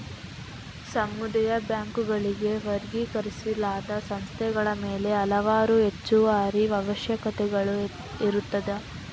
ಸಮುದಾಯ ಬ್ಯಾಂಕುಗಳಾಗಿ ವರ್ಗೀಕರಿಸಲಾದ ಸಂಸ್ಥೆಗಳ ಮೇಲೆ ಹಲವಾರು ಹೆಚ್ಚುವರಿ ಅವಶ್ಯಕತೆಗಳನ್ನು ಹೇರುತ್ತದೆ